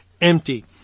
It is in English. empty